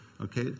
Okay